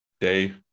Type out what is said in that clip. day